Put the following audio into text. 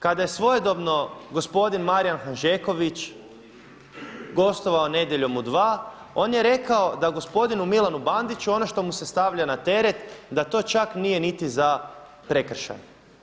Kada je svojedobno gospodin Marijan Hanžeković gostovao Nedjeljom u 2, on je rekao da gospodinu Milanu Banciću ono što mu se stavlja na teret da to čak nije niti za prekršaj.